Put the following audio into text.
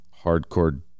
hardcore